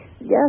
Yes